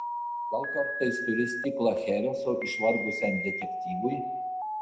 gal kartais turi stiklą chereso išvargusiam detektyvui